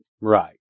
right